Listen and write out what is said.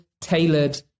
tailored